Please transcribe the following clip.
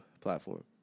platform